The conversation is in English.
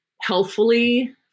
healthfully